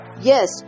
Yes